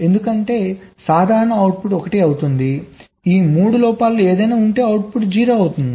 ఎందుకంటే సాధారణంగా అవుట్పుట్ 1 అవుతుంది ఈ 3 లోపాలలో ఏదైనా ఉంటే అవుట్పుట్ 0 అవుతుంది